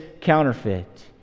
counterfeit